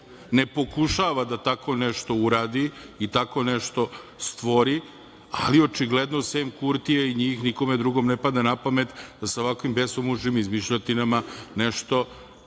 ne pokušava da tako nešto uradi i tako nešto stvori, ali očigledno sem Kurtija i njih nikome drugome ne pada napamet da sa ovako besomučnim izmišljotinama nešto